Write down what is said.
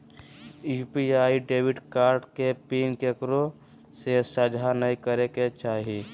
UPI debit card के PIN केकरो से साझा नइ करे के चाही